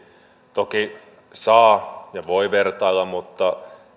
toki saa ja voi vertailla mutta